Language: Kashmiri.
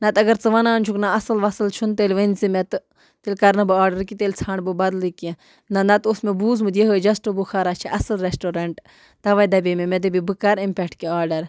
نَتہٕ اگر ژٕ وَنان چھُکھ نہ اَصٕل وَسَل چھُنہٕ تیٚلہِ ؤنۍ زِ مےٚ تہٕ تیٚلہِ کَرنہٕ بہٕ آرڈر کہِ تیٚلہِ ژھانٛڈٕ بہٕ بَدلٕے کیٚنٛہہ نہ نَتہٕ اوس مےٚ بوٗزمُت یِہٲے جَسٹہٕ بُخارا چھِ اَصٕل رٮ۪سٹورَنٛٹ تَوَے دَپے مےٚ مےٚ دَپہِ بہٕ کَرٕ اَمہِ پٮ۪ٹھ کہِ آرڈر